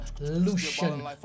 Lucian